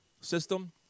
system